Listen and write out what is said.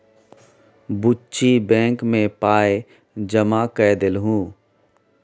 बुच्ची बैंक मे पाय जमा कए देलहुँ